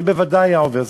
זה בוודאי היה עובר.